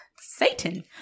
satan